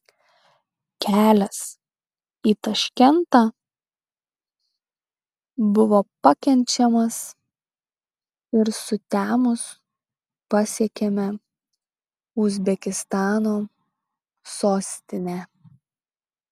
kelias į taškentą buvo pakenčiamas ir sutemus pasiekėme uzbekistano sostinę